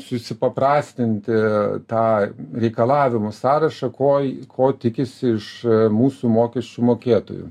susipaprastinti tą reikalavimų sąrašą ko ko tikisi iš mūsų mokesčių mokėtojų